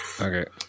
Okay